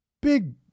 big